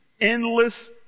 endless